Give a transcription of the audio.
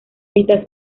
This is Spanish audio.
esta